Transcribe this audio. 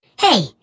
Hey